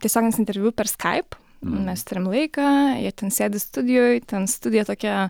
tiesioginis interviu per skaip mes turim laiką jie ten sėdi studijoj ten studija tokia